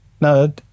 no